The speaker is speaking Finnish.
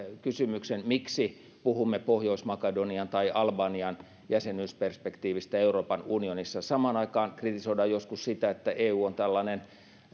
kysymyksen miksi puhumme pohjois makedonian tai albanian jäsenyysperspektiivistä euroopan unionissa samaan aikaan kritisoidaan joskus sitä että eu on